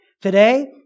Today